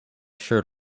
shirt